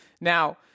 Now